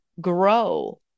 grow